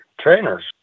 trainers